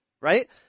right